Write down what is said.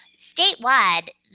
statewide,